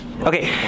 Okay